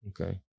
Okay